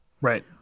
Right